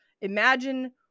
imagine